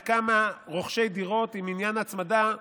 לכמה רוכשי דירות עם עניין ההצמדה.